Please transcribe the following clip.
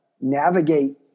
navigate